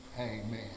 Amen